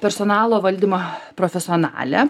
personalo valdymą profesionalę